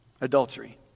adultery